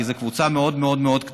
כי זו קבוצה מאוד מאוד מאוד קטנה,